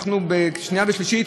בקריאה שנייה ושלישית